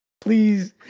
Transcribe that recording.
please